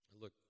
Look